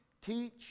Teach